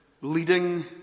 leading